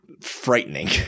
frightening